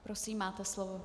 Prosím, máte slovo.